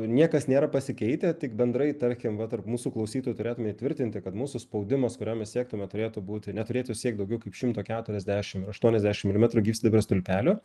niekas nėra pasikeitę tik bendrai tarkim va tarp mūsų klausytojų turėtume įtvirtinti kad mūsų spaudimas kurio mes siektume turėtų būti neturėtų siekt daugiau kaip šimto keturiasdešimt aštuoniasdešimt milimetrų gyvsidabrio stulpelio